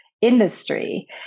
industry